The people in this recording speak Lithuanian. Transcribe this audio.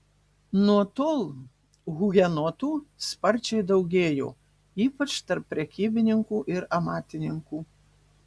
nuo tol hugenotų sparčiai daugėjo ypač tarp prekybininkų ir amatininkų